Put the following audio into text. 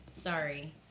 Sorry